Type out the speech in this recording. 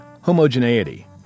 homogeneity